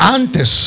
antes